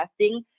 testing